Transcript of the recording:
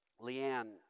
Leanne